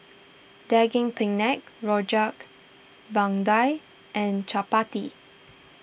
Daging Penyet Rojak Bandung and Chappati